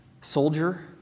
soldier